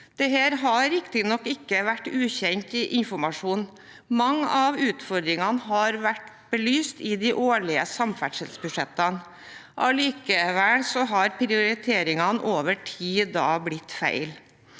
Dette har riktignok ikke vært ukjent informasjon. Mange av utfordringene har vært belyst i de årlige samferdselsbudsjettene. Allikevel har prioriteringene over tid blitt feil.